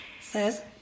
Says